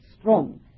strong